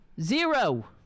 Zero